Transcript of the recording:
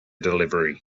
delivery